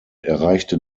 erreichte